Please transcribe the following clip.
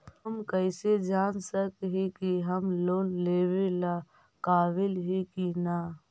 हम कईसे जान सक ही की हम लोन लेवेला काबिल ही की ना?